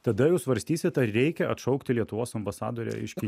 tada jūs svarstysit ar reikia atšaukti lietuvos ambasadorę iš kinijos